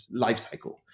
lifecycle